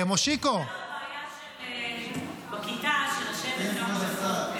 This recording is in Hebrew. מושיקו --- הייתה לו בעיה בכיתה לשבת כמה דקות.